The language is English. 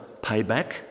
payback